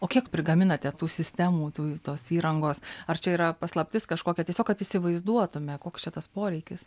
o kiek prigaminate tų sistemų tų tos įrangos ar čia yra paslaptis kažkokia tiesiog kad įsivaizduotume koks čia tas poreikis